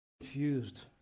Confused